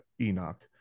Enoch